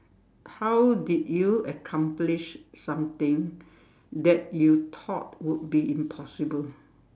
how did you accomplish something that you thought would be impossible